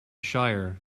shire